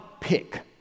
pick